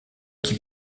qui